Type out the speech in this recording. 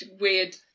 weird